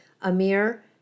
Amir